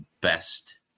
best